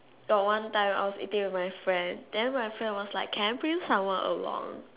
got one time I was eating with my friend then my friend was like can I bring someone along